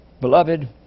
Beloved